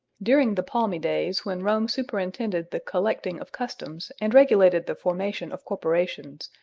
during the palmy days when rome superintended the collecting of customs and regulated the formation of corporations,